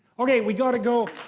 okay, we gotta go.